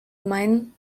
meinen